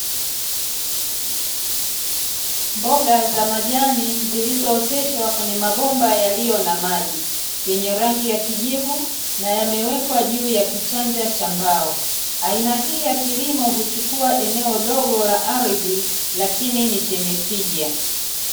Mboga za majani zilizooteshwa kwenye mabomba yaliyo na maji, yenye rangi ya kijivu na yamewekwa juu ya kichanja cha mbao, aina hii ya kilimo huchukua eneo dogo la ardhi lakini ni chenye tija.